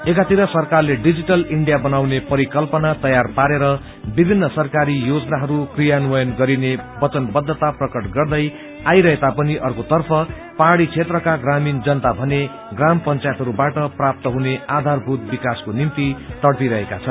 एकातिर सरकाले digital India बनाउने परिकल्पना तयार पारेर विभिन्न सरकारी योजनाहरू कार्यान्वयन गरिने वचनबद्धता प्रकअ गर्दै आइरहेता पनि अर्कोतर्फ तर्फ पहाड़ी क्षेत्रका ग्रमीण जनता भने ग्राम पंचायतवाट प्राप्त हुने आधारभूत विकासको निम्ति तड़पिरहेका छन्